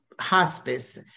hospice